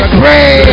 pray